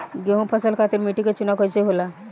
गेंहू फसल खातिर मिट्टी के चुनाव कईसे होला?